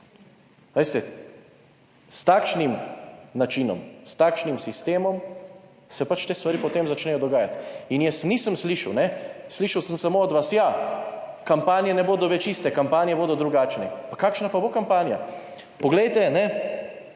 s takšnim načinom, s takšnim sistemom se te stvari potem začnejo dogajati in jaz nisem slišal, slišal sem samo od vas, ja, kampanje ne bodo več iste, kampanje bodo drugačne. Kakšna pa bo kampanja? Poglejte